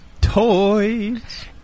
Toys